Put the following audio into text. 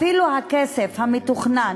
אפילו הכסף המתוכנן,